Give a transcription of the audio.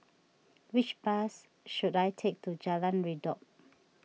which bus should I take to Jalan Redop